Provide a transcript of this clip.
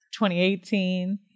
2018